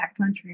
backcountry